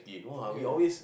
ya